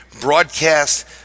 broadcast